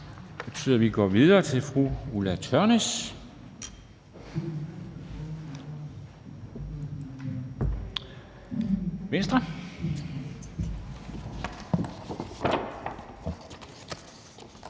Det betyder, at vi går videre til fru Ulla Tørnæs, Venstre.